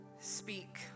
speak